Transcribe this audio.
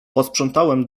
posprzątałem